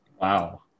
Wow